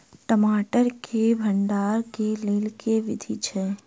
टमाटर केँ भण्डारण केँ लेल केँ विधि छैय?